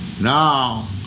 Now